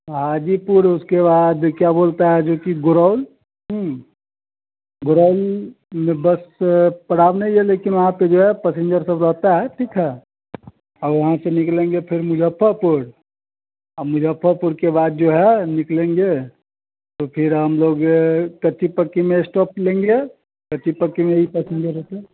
हाजीपुर उसके बाद क्या बोलते जो कि गुरौल गुरौल में बस पड़ाव नहीं है लेकिन वहाँ पर जो है पसिन्जर सब रहता है ठीक है और वहाँ से निकलेंगे फिर मुज़फ़्फ़रपुर और मुज़फ़्फ़रपुर के बाद जो है निकालेंगे तो फिर हम लोग कच्ची पक्की में स्टॉप लेंगे कच्ची पक्की में भी पसेन्जर रहते हैं